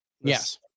Yes